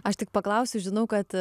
aš tik paklausiu žinau kad